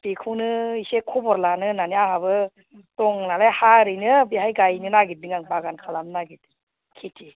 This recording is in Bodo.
बेखौनो एसे खबर लानो होननानै आंहाबो दं नालाय हा ओरैनो बेहाय गायनो नागिरदों आं बागान खालामनो नागिरदों खेथि